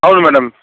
అవును మేడం